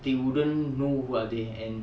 they wouldn't know who are they and